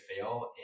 fail